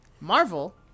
Marvel